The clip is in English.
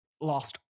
lost